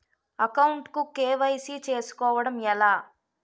Account కు KYC చేసుకోవడం ఎలా?